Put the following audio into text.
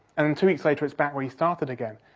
and two weeks later, it's back where you started again.